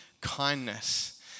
kindness